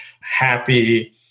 happy